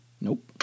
Nope